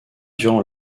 durant